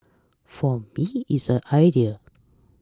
for me is a ideal